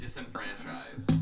Disenfranchise